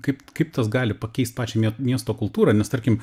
kaip kaip tas gali pakeist pačią miesto kultūrą nes tarkim